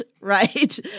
right